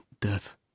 death